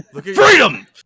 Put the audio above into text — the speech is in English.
freedom